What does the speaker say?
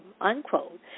Unquote